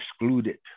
excluded